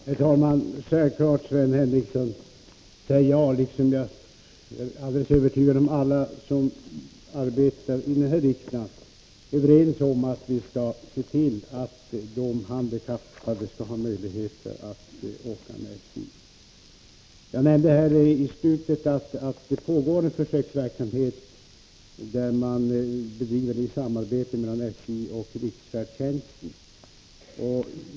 Herr talman! Självklart, Sven Henricsson, är jag och alla som arbetar här i riksdagen — det är jag övertygad om — överens om att vi skall se till att de handikappade får möjligheter att åka med SJ. Jag nämnde i slutet av mitt förra anförande att det pågår en försöksverksamhet, som bedrivs i samarbete mellan SJ och riksfärdtjänsten.